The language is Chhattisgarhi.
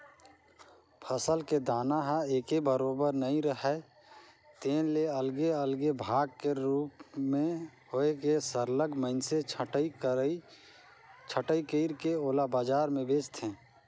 फसल के दाना ह एके बरोबर नइ राहय तेन ले अलगे अलगे भाग कर रूप में होए के सरलग मइनसे छंटई कइर के ओला बजार में बेंचथें